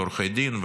ועורכי דין,